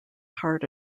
heart